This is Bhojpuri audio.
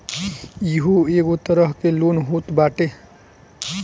इहो एगो तरह के लोन होत बाटे